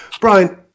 Brian